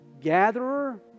gatherer